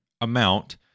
amount